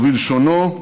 ובלשונו: